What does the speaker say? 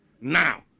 now